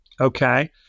Okay